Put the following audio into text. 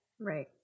Right